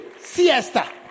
siesta